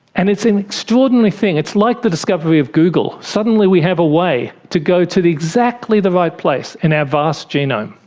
and it's an extraordinary thing, it's like the discovery of google, suddenly we have a way to go to exactly the right place in our vast genome.